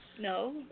No